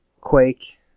Quake